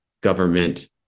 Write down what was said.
government